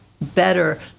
better